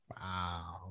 Wow